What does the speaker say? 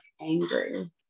angry